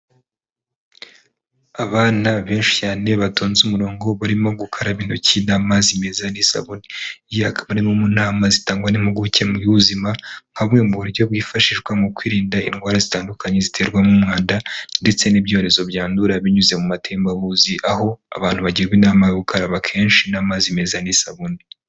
Abana benshi cyane batonze umurongo barimo gukaraba intoki n'amazi meza n'isabune , akaba ari no mu nama zitangwa n'impuguke mu by'ubuzima nkabumwe mu buryo bwifashishwa mu kwirinda indwara zitandukanye ziterwa n'umwanda ndetse n'ibyorezo byandura binyuze mu matembabuzi aho abantu bagirwa inama yo gukaraba kenshi n'amazi meza n'isabune.